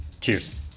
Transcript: Cheers